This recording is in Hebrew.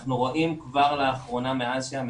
כבר לאחרונה אנחנו רואים,